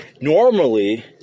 Normally